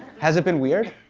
has it been weird?